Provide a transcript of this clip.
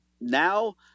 now